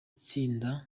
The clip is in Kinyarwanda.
tsinda